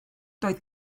doedd